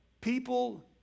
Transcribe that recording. people